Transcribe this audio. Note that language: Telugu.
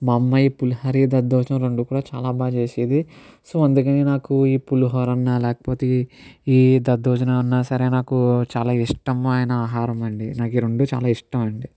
మా అమ్మ ఈ పులిహోర ఈ దద్దోజనం రెండు కూడా చాలా బాగా చేసేది సో అందుకని నాకు ఈ పులిహోర అన్నా లేకపోతే ఈ ఈ దద్దోజనం అన్నా సరే నాకు చాలా ఇష్టమయిన ఆహారం అండి నాకు ఈ రెండు చాలా ఇష్టం అండి